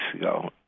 ago